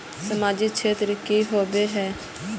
सामाजिक क्षेत्र की होबे है?